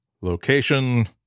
location